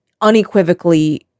unequivocally